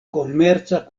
komerca